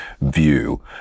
view